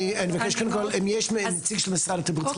אם יש נציג של משרד התרבות צריך לתת להם עדיפות.